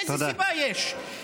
איזו סיבה יש?